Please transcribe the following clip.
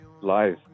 live